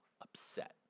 upset